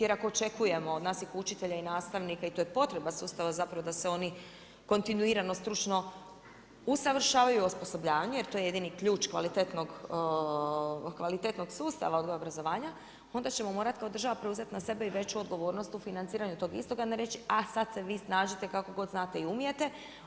Jer ako očekujemo od naših učitelja i nastavnika i to je potreba sustava zapravo da e oni kontinuirano stručno usavršavaju osposobljavaju, jer to je jedini ključ kvalitetnog sustava odgoja i obrazovanja, onda ćemo morati kao država preuzeti na sebe i veću odgovornost u financiranju tog istog hajmo reći, a sad se vi snađite kako god znate i umijete.